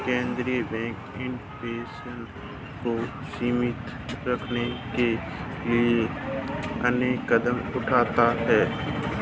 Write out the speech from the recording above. केंद्रीय bank inflation को सीमित रखने के लिए अनेक कदम उठाता है